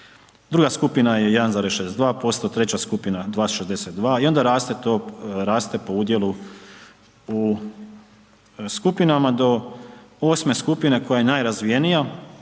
druga skupina je 1,62%, treća skupina 2,62% i onda raste to, raste po udjelu u skupinama do osme skupine koja je najrazvijenija